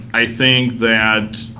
i think that,